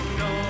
no